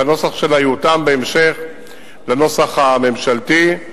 והנוסח שלה יותאם בהמשך לנוסח הממשלתי.